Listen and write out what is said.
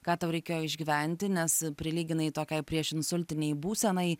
ką tau reikėjo išgyventi nes prilyginai tokiai priešinsultinei būsenai